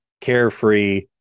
carefree